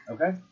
Okay